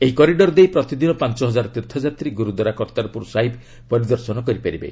ଏହି କରିଡ଼ର ଦେଇ ପ୍ରତିଦିନ ପାଞ୍ଚ ହଜାର ତୀର୍ଥଯାତ୍ରୀ ଗୁରୁଦ୍ୱାରା କର୍ତ୍ତାରପୁର ସାହିବ ପରିଦର୍ଶନ କରିପାରିବେ